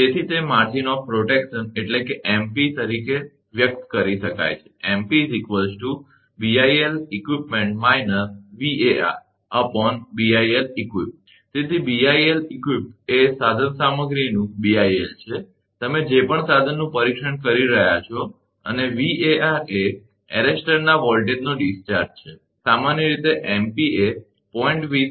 તેથી તે MP તરીકે વ્યક્ત કરી શકાય છે તેથી BIL𝑒𝑞𝑢𝑖𝑝 એ સાધનસામગ્રીનું BILબીઆઈએલ છે તમે જે પણ સાધનનું પરીક્ષણ કરી રહ્યા છો અને V𝑎𝑟 એ એરેસ્ટરના વોલ્ટેજનો ડિસ્ચાર્જસ્રાવ છે અને સામાન્ય રીતે MP એ 0